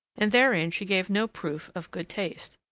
and therein she gave no proof of good taste.